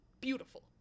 beautiful